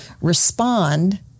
respond